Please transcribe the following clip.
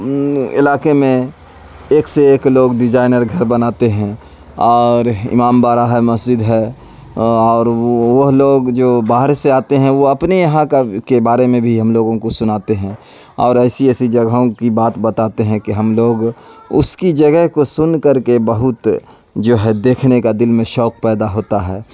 علاقے میں ایک سے ایک لوگ ڈیزائنر گھر بناتے ہیں اور امام باڑا ہے مسجد ہے اور وہ وہ لوگ جو باہر سے آتے ہیں وہ اپنے یہاں کا کے بارے میں بھی ہم لوگوں کو سناتے ہیں اور ایسی ایسی جگہوں کی بات بتاتے ہیں کہ ہم لوگ اس کی جگہ کو سن کر کے بہت جو ہے دیکھنے کا دل میں شوق پیدا ہوتا ہے